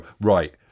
Right